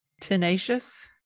tenacious